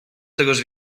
tegoż